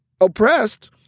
oppressed